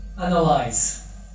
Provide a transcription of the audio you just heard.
analyze